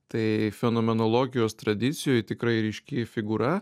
tai fenomenologijos tradicijoj tikrai ryški figūra